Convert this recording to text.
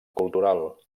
cultural